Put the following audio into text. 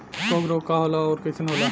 कवक रोग का होला अउर कईसन होला?